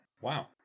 Wow